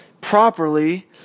properly